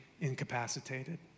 incapacitated